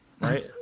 right